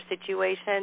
situation